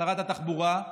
שרת התחבורה,